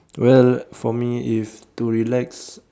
well for me if to relax